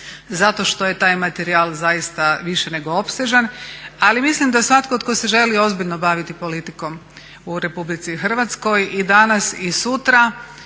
zato što je taj materijal zaista više nego opsežan. Ali mislim da svatko tko se želi ozbiljno baviti politikom u RH i danas i sutra